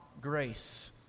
grace